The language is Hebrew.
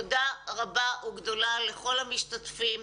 תודה רבה וגדולה לכל המשתתפים.